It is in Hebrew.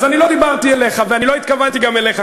אז אני לא דיברתי עליך ואני גם לא התכוונתי אליך,